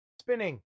Spinning